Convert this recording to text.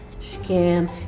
scam